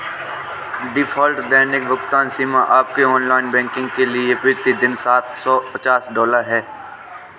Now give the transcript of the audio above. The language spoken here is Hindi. डिफ़ॉल्ट दैनिक भुगतान सीमा आपके ऑनलाइन बैंकिंग के लिए प्रति दिन सात सौ पचास डॉलर है